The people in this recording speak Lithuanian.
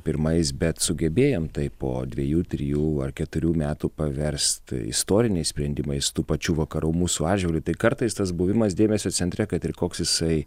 pirmais bet sugebėjom tai po dviejų trijų ar keturių metų paverst istoriniais sprendimais tų pačių vakarų mūsų atžvilgiu tai kartais tas buvimas dėmesio centre kad ir koks jisai